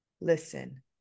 listen